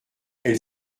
elle